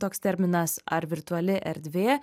toks terminas ar virtuali erdvė